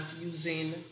using